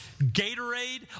Gatorade